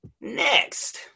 Next